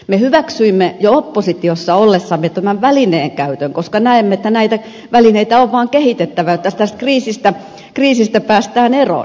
me hyväksyimme jo oppositiossa ollessamme tämän välineen käytön koska näemme että näitä välineitä on vaan kehitettävä jotta tästä kriisistä päästään eroon